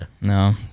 No